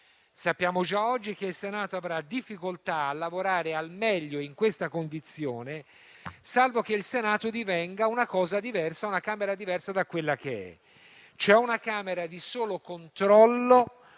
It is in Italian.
Sappiamo già oggi che il Senato avrà difficoltà a lavorare al meglio in questa condizione, salvo che divenga una Camera diversa da quella che è, ossia una Camera di solo controllo